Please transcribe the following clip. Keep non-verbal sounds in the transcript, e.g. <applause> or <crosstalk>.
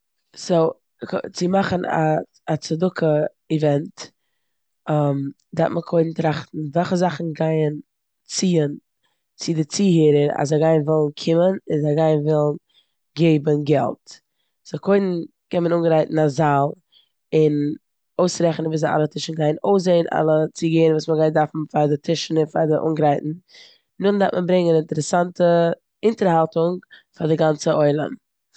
סאו ק- צו מאכן א- א צדקה איווענט <hesitation> דארף מען קודם טראכטן וועלכע זאכן גייען צוען צו די ציהערע אז זיי גייען ווילן קומען און זיי גייען ווילן געבן געלט. סו קודם קען מען אנגרייטן א זאל און אויסרעכענען וויאזוי אלע טישן גייען אויסזען, אלע ציגעהערן וואס מ'גייט דארפן פאר די טישן און פאר די אנגרייטן. נאכדעם דארף מען אינטערעסאנטע אינטערהאלטונג פאר די גאנצע עולם.